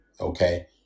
Okay